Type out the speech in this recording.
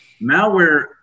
Malware